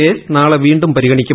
case നാളെ വീണ്ടും പരിഗണിയ്ക്കും